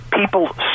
People